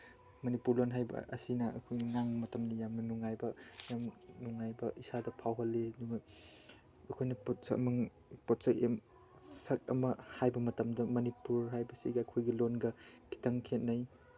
ꯃꯅꯤꯄꯨꯔ ꯂꯣꯜ ꯍꯥꯏꯕ ꯑꯁꯤꯅ ꯑꯩꯈꯣꯏ ꯉꯥꯡꯕ ꯃꯇꯝꯗ ꯌꯥꯝ ꯅꯨꯡꯉꯥꯏꯕ ꯌꯥꯝ ꯅꯨꯡꯉꯥꯏꯕ ꯏꯁꯥꯗ ꯐꯥꯎꯍꯜꯂꯤ ꯑꯗꯨꯒ ꯑꯩꯈꯣꯏꯅ ꯄꯣꯠꯁꯛ ꯁꯛ ꯑꯃ ꯍꯥꯏꯕ ꯃꯇꯝꯗ ꯃꯅꯤꯄꯨꯔ ꯍꯥꯏꯕꯁꯤꯒ ꯑꯩꯈꯣꯏꯒꯤ ꯂꯣꯜꯒ ꯈꯤꯇꯪ ꯈꯦꯠꯅꯩ